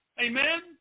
Amen